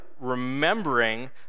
remembering